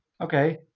Okay